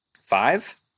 Five